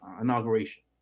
inauguration